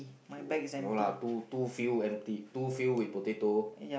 what no lah two two fill empty two fill with potato